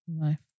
life